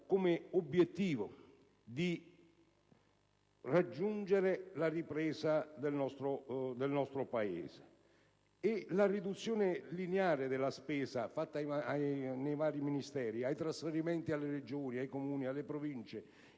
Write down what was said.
come obiettivo il conseguimento della ripresa del nostro Paese. La riduzione lineare della spesa applicata ai vari Ministeri, ai trasferimenti alle Regioni, ai Comuni, alle Province